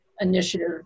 initiative